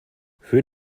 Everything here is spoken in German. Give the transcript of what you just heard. für